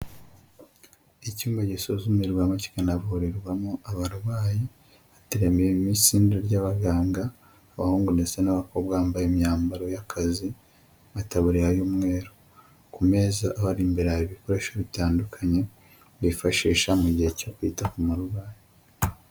Icyumba gisuzumirwamo kikanavurirwamo abarwayi, hateraniyemo itsinda ry'abaganga, abahungu ndetse n'abakobwa bambaye imyambaro y'akazi, amataburiya y'umweru. Ku meza abari imbere hari ibikoresho bitandukanye bifashisha mu gihe cyo kwita ku murwayi.